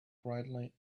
brightly